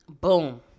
Boom